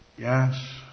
Yes